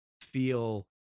feel